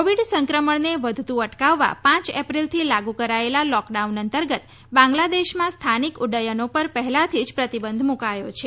Covid સંક્રમણને વધતુ અટકાવવા પાંચ એપ્રિલથી લાગુ કરાયેલા લોકડાઉન અંતર્ગત બાંગ્લાદેશમાં સ્થાનિક ઉડ્ડયનો પર પહેલાથી જ પ્રતિબંધ મુકાયો છે